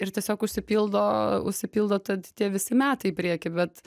ir tiesiog užsipildo užsipildo tad tie visi metai į priekį bet